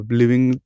living